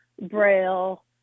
Braille